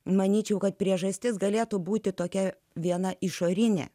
manyčiau kad priežastis galėtų būti tokia viena išorinė